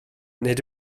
nid